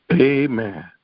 amen